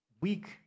weak